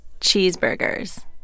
cheeseburgers